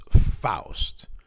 Faust